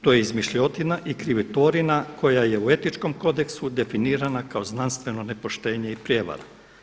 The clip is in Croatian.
To je izmišljotina i krivotvorina koja je u Etičkom kodeksu definirana kao znanstveno nepoštenje i prijevara.